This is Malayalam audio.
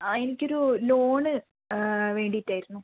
അ എനിക്കൊരു ലോൺ വേണ്ടിയിട്ടായിരുന്നു